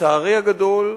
לצערי הגדול,